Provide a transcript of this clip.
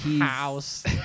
House